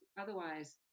otherwise